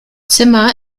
zimmer